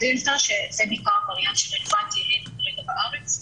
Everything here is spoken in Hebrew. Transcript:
דלתא שזה הווריאנט שרלוונטי אצלנו בארץ.